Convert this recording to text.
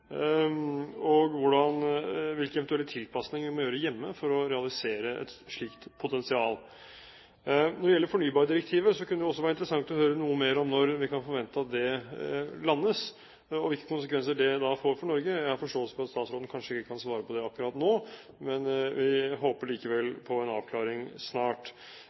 nemlig hvordan han ser på utviklingen av pumpekraft i Norge, hvilke konsekvenser det eventuelt vil få for fornybardirektivet, og hvilke eventuelle tilpasninger vi må gjøre hjemme for å realisere et slikt potensial. Når det gjelder fornybardirektivet, kunne det også være interessant å høre noe mer om når vi kan forvente at det landes, og hvilke konsekvenser det da får for Norge. Jeg har forståelse for at statsråden kanskje ikke kan svare på det akkurat nå, men